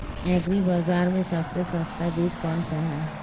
Agree बाज़ार में सबसे सस्ता बीज कौनसा है?